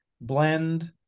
blend